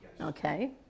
okay